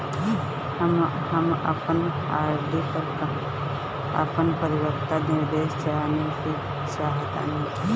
हम अपन आर.डी पर अपन परिपक्वता निर्देश जानेके चाहतानी